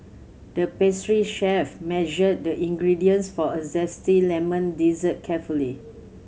the pastry chef measured the ingredients for a zesty lemon dessert carefully